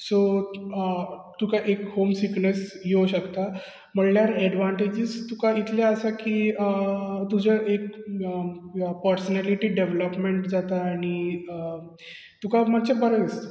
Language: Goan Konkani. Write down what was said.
सो अ तुका एक होम सिकनस येवंक शकता म्हणल्यार एडवांटेजीस तुका इतले आसा की अ तुजें एक परसनॅलीटी डॅवेलोपमेंट जाता आनी तुका मातशें बरें दिसता